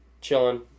chilling